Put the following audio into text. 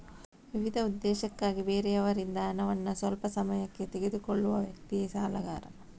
ವಿವಿಧ ಉದ್ದೇಶಕ್ಕಾಗಿ ಬೇರೆಯವರಿಂದ ಹಣವನ್ನ ಸ್ವಲ್ಪ ಸಮಯಕ್ಕೆ ತೆಗೆದುಕೊಳ್ಳುವ ವ್ಯಕ್ತಿಯೇ ಸಾಲಗಾರ